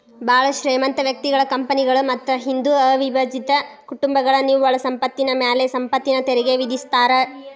ಭಾಳ್ ಶ್ರೇಮಂತ ವ್ಯಕ್ತಿಗಳ ಕಂಪನಿಗಳ ಮತ್ತ ಹಿಂದೂ ಅವಿಭಜಿತ ಕುಟುಂಬಗಳ ನಿವ್ವಳ ಸಂಪತ್ತಿನ ಮ್ಯಾಲೆ ಸಂಪತ್ತಿನ ತೆರಿಗಿ ವಿಧಿಸ್ತಾರಾ